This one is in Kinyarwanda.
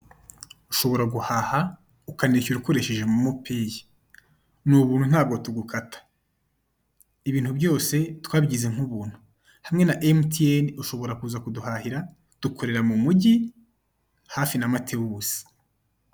Ushobora guhaha ukanishyura ukoresheje momo peyi, ni ubuntu ntago tugukata ibintu byose twabigize nk'ubuntu, hamwe na emutiyene ushobora kuza kuduhahira dukorera mu mujyi hafi na Matewusi.